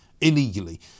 illegally